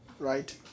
Right